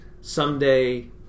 Someday